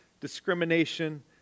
discrimination